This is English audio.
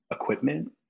equipment